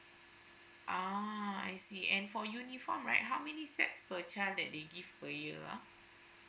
uh I see and for uniform right how many sets per child that they give a year ah